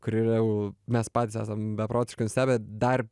kuri yra jau mes patys esam beprotiškai nustebę dar